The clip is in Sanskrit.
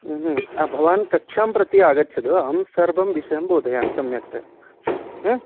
ह्म् ह्म् भवान् कक्षां प्रति आगच्छतु अहं सर्वं विषयं बोधयामि सम्यक्तया ह्म्